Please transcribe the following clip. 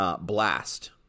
Blast